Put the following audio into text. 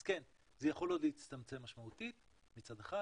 אז כן, זה יכול עוד להצטמצם משמעותית מצד אחד